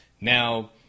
Now